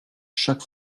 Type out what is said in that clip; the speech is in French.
chaque